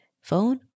phone